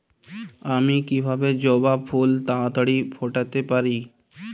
আমি কিভাবে জবা ফুল তাড়াতাড়ি ফোটাতে পারি?